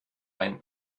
ein